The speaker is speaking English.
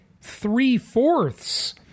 three-fourths